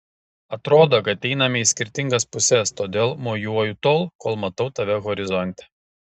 atrodo kad einame į skirtingas puses todėl mojuoju tol kol matau tave horizonte